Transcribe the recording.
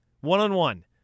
one-on-one